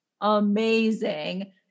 amazing